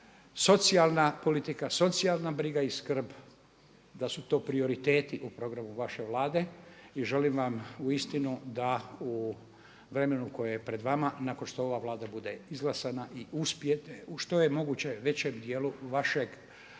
socijalna politika, socijalna briga i skrb da su to prioriteti u programu vaše Vlade i želim vam uistinu da u vremenu koje je pred vama nakon što ova Vlada bude izglasana i uspijete u što je moguće većem dijelu vašeg